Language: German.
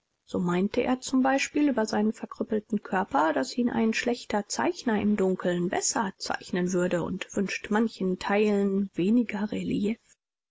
so meint er z b über seinen verkrüppelten körper daß ihn ein schlechter zeichner im dunkeln besser zeichnen würde und wünscht manchen teilen weniger relief